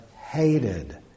hated